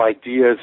ideas